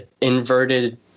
inverted